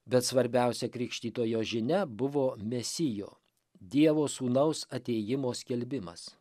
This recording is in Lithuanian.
bet svarbiausia krikštytojo žinia buvo mesijo dievo sūnaus atėjimo skelbimas